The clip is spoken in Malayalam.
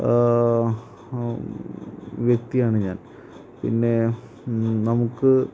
വ്യക്തിയാണ് ഞാൻ പിന്നെ നമുക്ക്